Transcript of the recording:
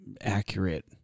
accurate